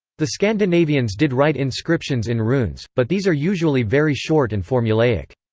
the scandinavians did write inscriptions in runes, but these are usually very short and formulaic.